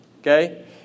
Okay